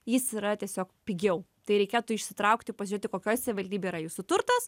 jis yra tiesiog pigiau tai reikėtų išsitraukti pažiūrėti kokioj savivaldybėj yra jūsų turtas